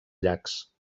llacs